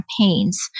campaigns